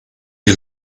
you